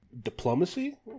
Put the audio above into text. diplomacy